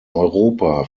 europa